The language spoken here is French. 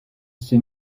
ses